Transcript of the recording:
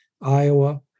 Iowa